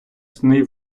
сни